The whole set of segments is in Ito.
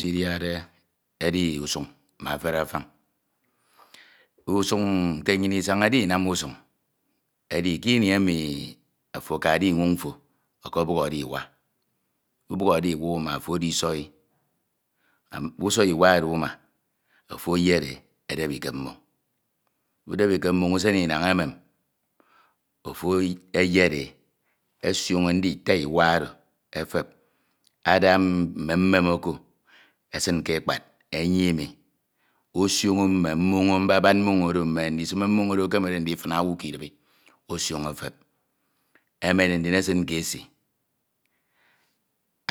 Nsidigde edi usañ ma ẹfere afañ. Usuñ nte anyin isañade uñam usañ edi kini emi ofo akade inwoñ mfo ọkobọthọde iwa, ubọkhọdẹ iwa uma ofo edisoi, usoi iwa oro uma ofo eyed e edebi ke mmeñ. Udebi ke mmoñ usem inañ, emem. Ofo eyed e osioña ndital iwa oro efep, ada mmem mmem oko esin ke ekpad enyini osioño mone mbabad mmoñ oro, mme ndisime mmon oro ekemede ndifina owu ke idibi osioño efe p. Emen ndm esin ke esi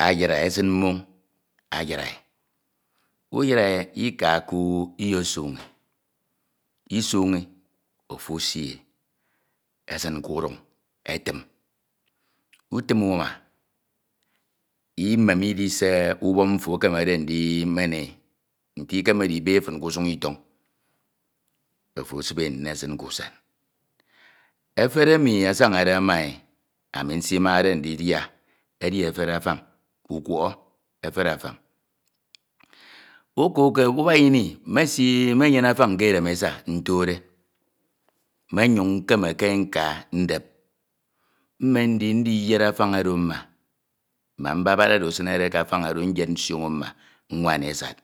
ayide, esún mmoñ ayid e. Uyid e ika nuou iyesoñi, isoñi ofo esie esún ke udọñ etim, utún uma, imem idi ee ubọk mfo ekemede ndimene nte ikamede ibe fún ke usun itọn. Ofo ebube e ndin esin ke usañ. Efere emi asañade ma e ami nsimade ndidia edi efere afan, ukwọhọ ẹfere afan. Uka uke ubakine mesi, Nenyene afañ ke edem esa ntode, me mmyun nkemeke nka, ndep. Mmen ndi ndiyed afañ oro mma, ma mbabad oro esìnede ke afan oro yed nsioño mma, nwane asad.